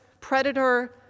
predator